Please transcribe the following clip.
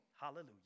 Hallelujah